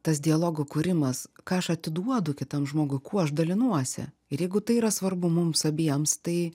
tas dialogo kūrimas ką aš atiduodu kitam žmogui kuo aš dalinuosi ir jeigu tai yra svarbu mums abiems tai